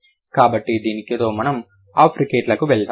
కాబట్టి దీనితో మనము ఆఫ్రికెట్ లకు వెళ్తాము